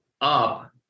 up